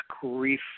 grief